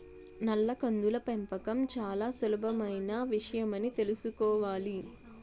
నల్ల కందుల పెంపకం చాలా సులభమైన విషయమని తెలుసుకోవాలి